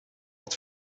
het